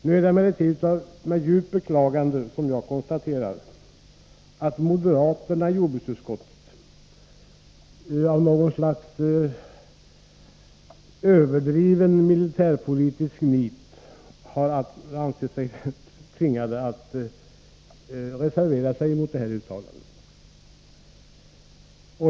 Nu konstaterar jag med djupt beklagande att moderaterna i jordbruksutskottet av något slags överdrivet militärpolitiskt nit har ansett sig tvingade att reservera sig mot det här uttalandet.